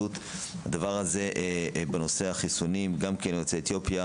נבקש לשמוע תשובו ברורות גם בנושא החיסונים ליוצאי אתיופיה.